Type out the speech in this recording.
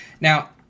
Now